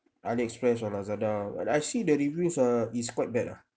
ali express or lazada but I see the reviews ah is quite bad ah